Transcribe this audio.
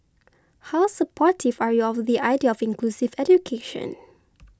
how supportive are you of the idea of inclusive education